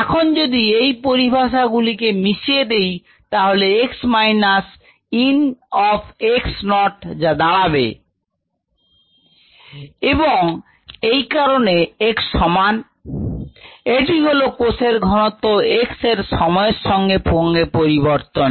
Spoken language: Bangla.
x0 μt0 এখন যদি এই পরিভাষা গুলিকে মিশিয়ে দেই তা x minus ln of x naught যা দাঁড়াবে ln xx0μt t0 এবং এই কারণে x সমান xx0eμt t0 এটি হলো কোষের ঘনত্ব x এর সময়ের সঙ্গে সঙ্গে পরিবর্তন